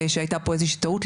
שהייתה פה איזושהי טעות,